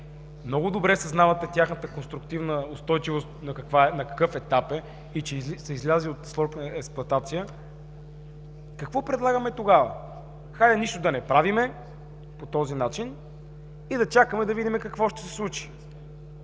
много добре съзнавате тяхната конструктивна устойчивост на какъв етап е и че са излезли от срок на експлоатация. Какво предлагаме тогава? Хайде нищо да не правим по този начин и да видим какво ще се случи!